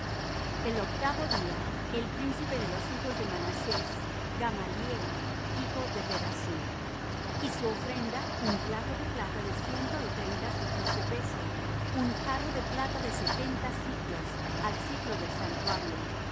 el octavo día el príncipe de los hijos de manasés gamaliel hijo de pedasur y su ofrenda un plato de plata de ciento y treinta siclos de peso un jarro de plata de setenta siclos al siclo del santuario